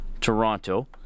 Toronto